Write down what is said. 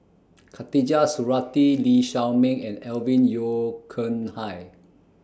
Khatijah Surattee Lee Shao Meng and Alvin Yeo Khirn Hai